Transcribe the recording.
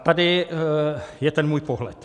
A tady je ten můj pohled.